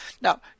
Now